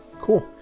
Cool